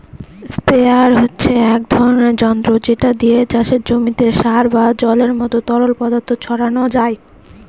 sprayer হচ্ছে এক ধরণের যন্ত্র যেটা দিয়ে চাষের জমিতে সার বা জলের মত তরল পদার্থ ছড়ানো যায়